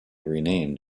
renamed